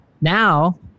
Now